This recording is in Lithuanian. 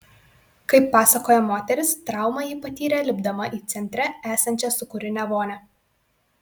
kaip pasakoja moteris traumą ji patyrė lipdama į centre esančią sūkurinę vonią